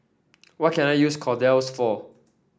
what can I use Kordel's for